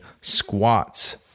squats